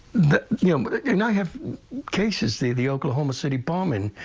the humor and i have cases the the oklahoma city bombing.